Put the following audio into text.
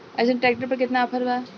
अइसन ट्रैक्टर पर केतना ऑफर बा?